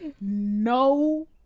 no